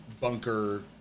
bunker